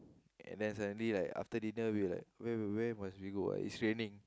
and then suddenly like after dinner where must we go ah it's raining